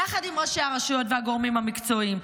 יחד עם ראשי הרשויות והגורמים המקצועיים.